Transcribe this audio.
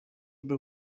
był